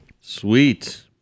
Sweet